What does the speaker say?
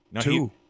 Two